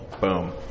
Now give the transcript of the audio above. Boom